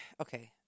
okay